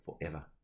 forever